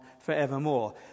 forevermore